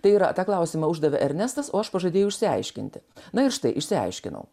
tai yra tą klausimą uždavė ernestas o aš pažadėjau išsiaiškinti na ir štai išsiaiškinau